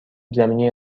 زمینی